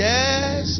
Yes